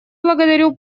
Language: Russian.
благодарю